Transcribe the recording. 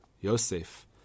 Yosef